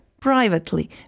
privately